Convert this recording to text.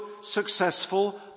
successful